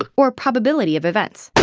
ah or probability of events.